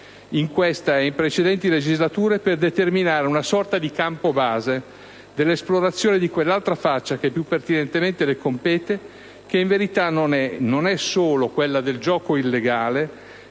in questa e in precedenti legislature, per determinare una sorta di campo base per l'esplorazione di quell'altra faccia che più pertinentemente le compete, che in verità non è solo quella del gioco illegale,